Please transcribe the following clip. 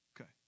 Okay